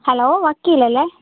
hello വക്കീല് അല്ലേ